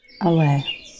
away